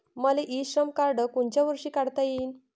मले e Shram card कोनच्या वर्षी काढता येईन?